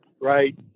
right